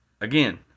Again